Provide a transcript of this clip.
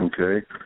Okay